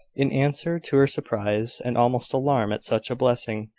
in answer to her surprise and almost alarm at such a blessing,